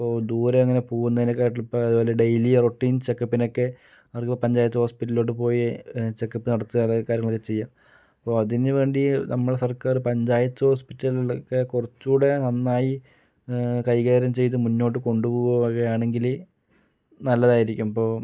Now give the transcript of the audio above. ഇപ്പോൾ ദൂരെ അങ്ങനെ പോകുന്നതിനെ കാട്ടിലും ഇപ്പോൾ അതുപോലെ ഡെയിലി റൊട്ടീൻ ചെക്കപ്പിനൊക്കെ അവർക്കു പഞ്ചായത്ത് ഹോസ്പിറ്റലിലോട്ട് പോയി ചെക്കപ്പ് നടത്തുക കാര്യങ്ങളൊക്കെ ചെയ്യാം ഇപ്പോൾ അതിന് വേണ്ടി നമ്മടെ സർക്കാർ പഞ്ചായത്ത് ഹോസ്പിറ്റലുകളൊക്കെ കുറച്ചുകൂടെ നന്നായി കൈകാര്യം ചെയ്തു മുന്നോട്ട് കൊണ്ടു പോവുകയാണങ്കിൽ നല്ലതായിരിക്കും ഇപ്പോൾ